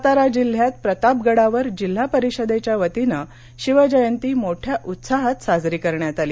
सातारा जिल्ह्यात प्रतापगडावर जिल्हा परिषदेच्या वतीनं शिवजयंती मोठ्या उत्साहात साजरी करण्यात आली